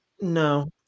No